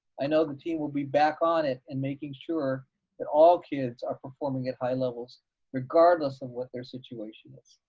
i know the team will be back on it and making sure that all kids are performing at high levels regardless of what their situation is.